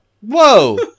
Whoa